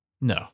No